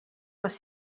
les